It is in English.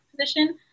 position